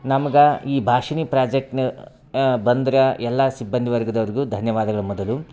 ನಮಗೆ ಈ ಭಾಷಿಣಿ ಪ್ರಾಜೆಕ್ಟ್ನ ಬಂದ್ರ ಎಲ್ಲ ಸಿಬ್ಬಂದಿ ವರ್ಗದವ್ರಿಗೂ ಧನ್ಯವಾದಗಳು ಮೊದಲು